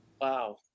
Wow